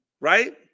right